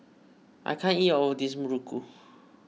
I can't eat all of this Muruku